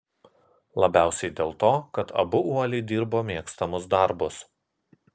labiausiai dėl to kad abu uoliai dirbo mėgstamus darbus